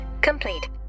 complete